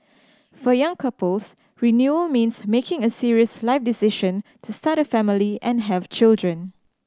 for young couples renewal means making a serious life decision to start a family and have children